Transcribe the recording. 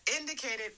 indicated